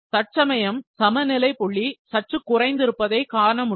தற்சமயம் சமநிலை புள்ளி சற்று குறைந்திருப்பதை காணமுடியும்